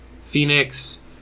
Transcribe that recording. Phoenix